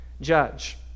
judge